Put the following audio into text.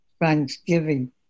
Thanksgiving